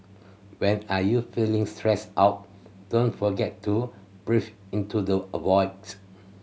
when are you feeling stressed out don't forget to breathe into the avoid